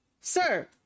Sir